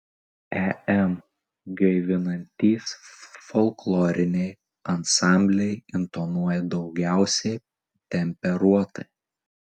em gaivinantys folkloriniai ansambliai intonuoja daugiausiai temperuotai